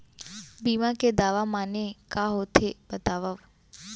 बीमा के दावा माने का होथे बतावव?